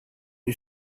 you